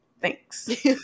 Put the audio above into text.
thanks